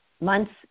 months